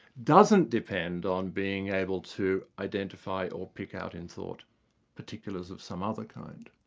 doesn't depend on being able to identify or pick out in thought particulars of some other kind.